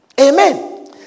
Amen